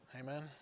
Amen